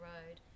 Road